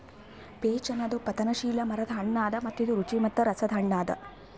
peach ಅನದ್ ಪತನಶೀಲ ಮರದ್ ಹಣ್ಣ ಅದಾ ಮತ್ತ ಇದು ರುಚಿ ಮತ್ತ ರಸದ್ ಹಣ್ಣ ಅದಾ